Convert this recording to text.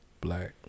Black